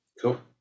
Cool